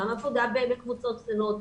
גם עבודה בקבוצות קטנות,